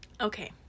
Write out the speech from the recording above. Okay